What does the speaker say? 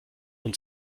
und